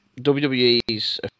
WWE's